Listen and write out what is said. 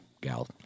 gal